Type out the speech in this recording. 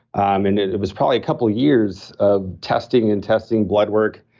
um and it it was probably a couple years of testing and testing blood work,